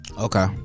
Okay